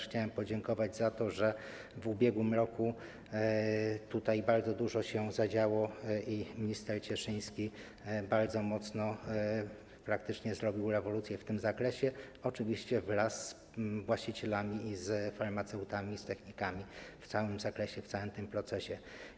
Chciałem też podziękować za to, że w ubiegłym roku tutaj bardzo dużo się zadziało i minister Cieszyński bardzo mocno działał, praktycznie zrobił rewolucję w tym zakresie, oczywiście wraz z właścicielami, z farmaceutami i z technikami - w całym zakresie, w całym tym procesie.